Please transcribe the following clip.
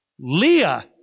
Leah